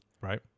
Right